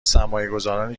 سرمایهگذارنی